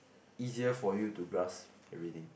easier for you to grasp everything